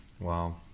wow